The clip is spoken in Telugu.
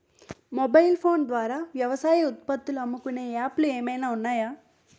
మొబైల్ ఫోన్ ద్వారా వ్యవసాయ ఉత్పత్తులు అమ్ముకునే యాప్ లు ఏమైనా ఉన్నాయా?